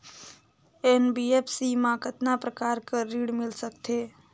NBFC मा कतना प्रकार कर ऋण मिल सकथे?